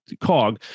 cog